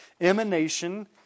emanation